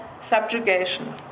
subjugation